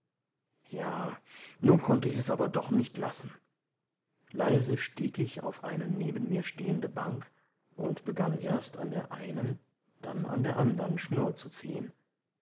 ja nun konnte ich es aber doch nicht lassen leise stieg ich auf eine neben mir stehende bank und begann erst an der einen dann an der andern schnur zu ziehen